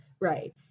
Right